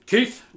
Keith